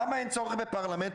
למה אין צורך בפרלמנט?